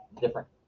different